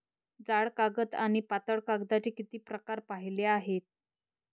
जाड कागद आणि पातळ कागदाचे किती प्रकार पाहिले आहेत?